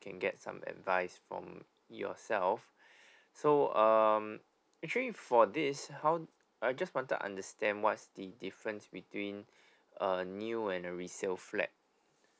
can get some advice from yourself so um actually for this how I just want to understand what's the difference between a new and a resale flat